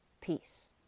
peace